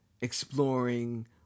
exploring